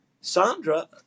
Sandra